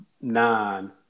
nine